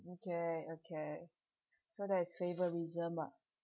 okay okay so there's favouritism ah